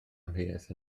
amheuaeth